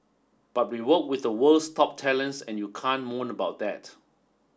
but we work with the world's top talents and you can't moan about it